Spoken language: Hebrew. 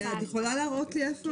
את יכולה להראות לי איפה?